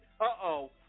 Uh-oh